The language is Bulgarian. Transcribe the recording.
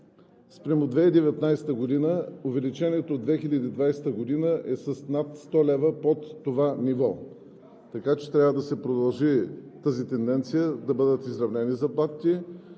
спрямо 2019 г., увеличението от 2020 г. е с над 100 лв. под това ниво. Така че трябва да се продължи тази тенденция да бъдат изравнени заплатите,